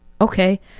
Okay